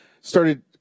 started